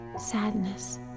sadness